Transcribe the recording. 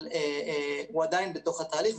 אבל הוא עדיין בתוך התהליך.